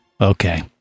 Okay